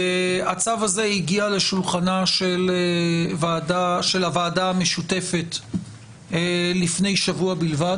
הצו הזה הגיע לשולחנה של הוועדה המשותפת לפני שבוע בלבד